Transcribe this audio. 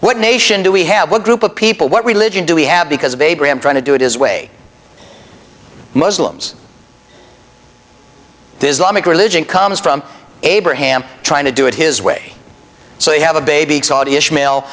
what nation do we have what group of people what religion do we have because of abraham trying to do it his way muslims islamic religion comes from abraham trying to do it his way so they have a baby saudi ishmael